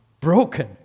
broken